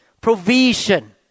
provision